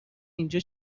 اینجا